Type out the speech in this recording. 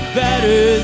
better